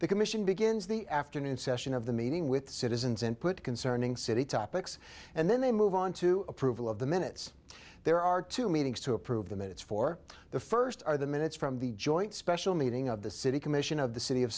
the commission begins the afternoon session of the meeting with citizens input concerning city topics and then they move on to approval of the minutes there are two meetings to approve the minutes for the first are the minutes from the joint special meeting of the city commission of the city of